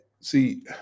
see